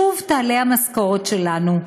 שוב תעלה המשכורת שלנו.